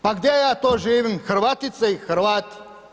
Pa gdje ja to živim Hrvatice i Hrvati?